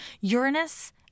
Uranus